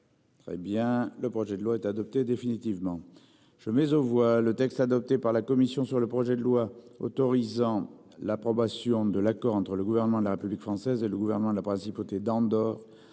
Très bien. Le projet de loi est adopté définitivement, je mais on voit le texte adopté par la commission sur le projet de loi autorisant l'approbation de l'accord entre le gouvernement de la République française et le gouvernement, la principauté d'Andorre